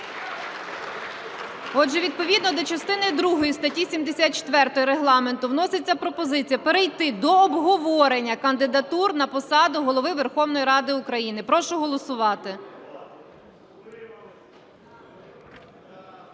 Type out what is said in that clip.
Отже, відповідно до частини другої статті 74 Регламенту вноситься пропозиція перейти до обговорення кандидатур на посаду Голови Верховної Ради України. Прошу голосувати.